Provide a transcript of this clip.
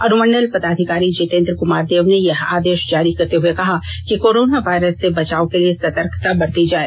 अनुमंडल पदाधिकारी जितेंद्र कुमार देव ने यह आदेश जारी करते हुए कहा कि कोरोना वायरस से बचाव के लिए सतर्कता बरती जाए